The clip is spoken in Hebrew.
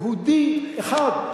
יהודי אחד.